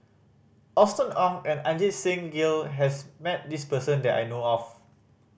Austen Ong and Ajit Singh Gill has met this person that I know of